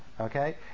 Okay